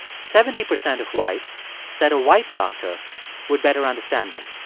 seventy percent of whites said a white doctor would better understand them